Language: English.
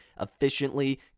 efficiently